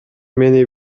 мени